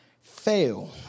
fail